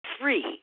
Free